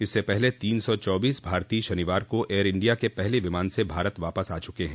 इससे पहले तीन सौ चौबीस भारतीय शनिवार को एयर इंडिया के पहले विमान से भारत वापस आ चुके हैं